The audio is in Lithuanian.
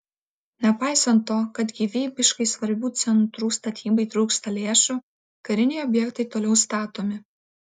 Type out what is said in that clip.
nepaisant to kad gyvybiškai svarbių centrų statybai trūksta lėšų kariniai objektai toliau statomi